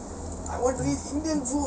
indian food